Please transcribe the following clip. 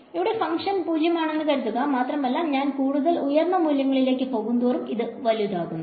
ഇവിടെ ഫങ്ക്ഷൻ 0 ആണെന് കരുതുക മാത്രമല്ല ഞാൻ കൂടുതൽ ഉയർന്ന മൂല്യങ്ങളിലേക്ക് പോകുന്തോറും ഇത് വലുതാവുന്നു